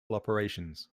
operations